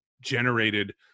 generated